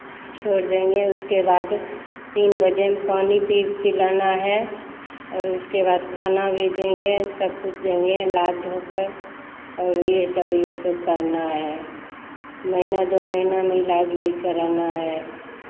छोड़ देंगे उसके बाद तीन बजे पानी पि पिलाना है और उसके बाद खाना भी देंगे सब कुछ देंगे नाद धोकर और ये सब ये सब करना है महीना दो महीना में इलाज भी कराना है